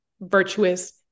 virtuous